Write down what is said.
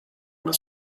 una